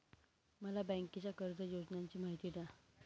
मला बँकेच्या कर्ज योजनांची माहिती द्या